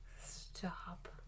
stop